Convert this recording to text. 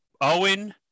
owen